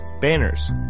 banners